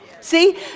See